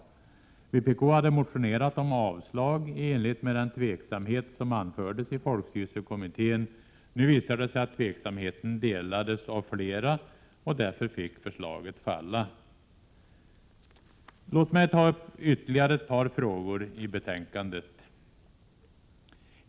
Vpk hade motionerat om avslag i enlighet med den tveksamhet som anfördes i folkstyrelsekommittén. Nu visade det sig att tveksamheten delades av flera och därför fick förslaget falla. Låt mig ta upp ytterligare ett par frågor i betänkandet.